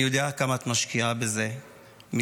אני יודע כמה את משקיעה בזה מזמנך,